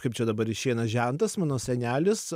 kaip čia dabar išeina žentas mano senelis